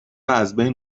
ازبین